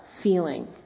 feeling